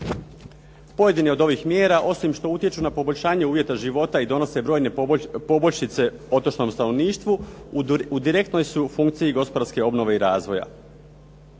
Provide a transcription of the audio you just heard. Pojedine od ovih mjera osim što utječu na poboljšanje uvjeta života i donose brojne poboljšice otočnom stanovništvu u direktnoj su funkciji gospodarske obnove i razvoja.